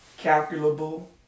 Calculable